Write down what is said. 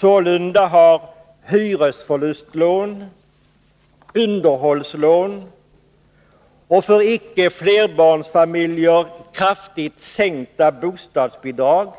Sålunda har hyresförlustlån, underhållslån och för icke flerbarnsfamiljer kraftigt sänkta bostadsbidrag